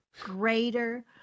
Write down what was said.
greater